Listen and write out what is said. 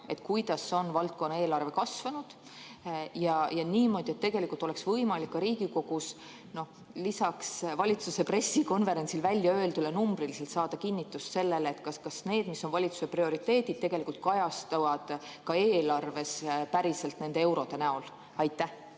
kuidas on valdkonna eelarve kasvanud. Niimoodi, et oleks võimalik ka Riigikogus lisaks valitsuse pressikonverentsil väljaöeldule numbriliselt saada kinnitust sellele, kas need, mis on valitsuse prioriteedid, kajastuvad ka eelarves päriselt eurode näol. Aitäh!